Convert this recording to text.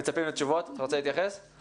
אנחנו צריכים לדרוש שיפורסם חוזר מנכ"ל.